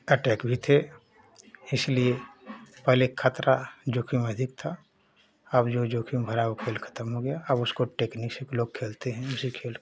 attack भी थे इसलिए पहले ख़तरा जोख़िम अधिक था अब जो जोख़िम भरा वह खेल खत्म हो गया अब उसको टेक्निक से भी लोग खेलते हैं उसी खेल को